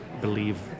believe